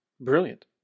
brilliant